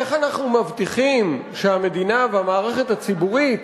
איך אנחנו מבטיחים שהמדינה והמערכת הציבורית